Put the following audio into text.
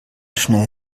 schnell